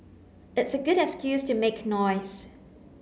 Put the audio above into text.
it's a good excuse to make noise